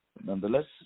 nonetheless